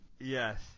Yes